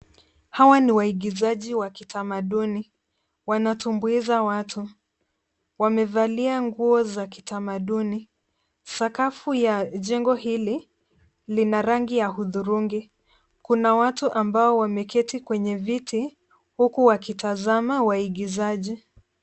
Hawa ni waigizaji wa kitamaduni. Wanatumbuiza watu. Wamevalia nguo za kitamaduni. Sakafu ya jengo hili lina rangi ya hudhurungi. Kuna watu ambao wameketi kwenye viti huku wakitazama waigizaji.